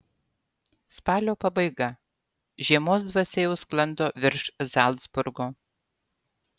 spalio pabaiga žiemos dvasia jau sklando virš zalcburgo